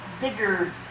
bigger